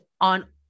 on